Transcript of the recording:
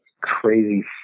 crazy